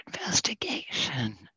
investigation